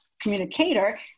communicator